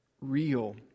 Real